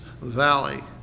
Valley